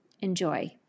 Enjoy